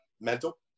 Mental